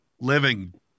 living